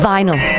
Vinyl